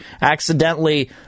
accidentally